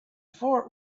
fort